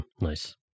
Nice